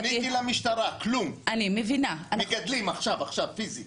פניתי למשטרה וכלום, מגדלים עכשיו, פיזית.